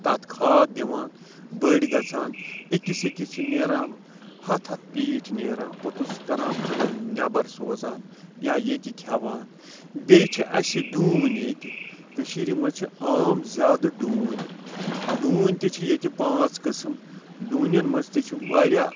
تَتھ کھاد دِوان بٔڑۍ گَژھان أکِس أکِس چھِ نیران ہَتھ ہَتھ پیٖٹ نیران پوٚتُس کران نیٚبَر سوزان یا ییٚتہِ کھیٚوان بیٚیہِ چھِ اَسہِ ڈونۍ ییٚتہِ کٔشیٖرِ مَنٛز چھِ عام زیادٕ ڈونۍ ڈونۍ تہِ چھِ ییٚتہِ پانٛژھ قسم ڈونن مَنٛز تہِ چھِ واریاہ